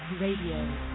radio